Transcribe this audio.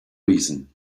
reason